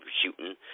shooting